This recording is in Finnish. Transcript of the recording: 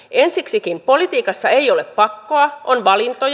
ensiksikin politiikassa ei ole pakkoa on valintoja